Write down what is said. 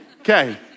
Okay